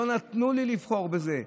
לא נתנו לי לבחור בזה.